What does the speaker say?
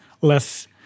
less